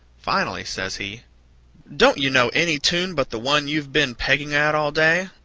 finally, says he don't you know any tune but the one you've been pegging at all day?